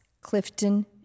Clifton